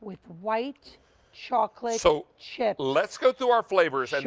with white chocolate so chips. let's go through our flavors,